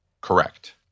Correct